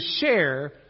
share